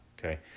okay